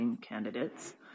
candidates